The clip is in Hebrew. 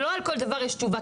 ולא על כל דבר יש תשובה,